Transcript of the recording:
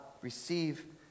Receive